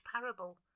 parable